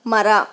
ಮರ